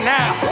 now